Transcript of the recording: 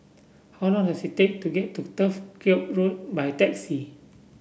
how long does it take to get to Turf Ciub Road by taxi